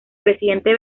presidente